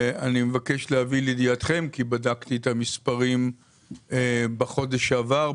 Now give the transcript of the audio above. אני מבקש להביא לידיעתכם כי בדקתי את המספרים בחודש שעבר.